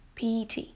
PET